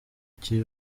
cye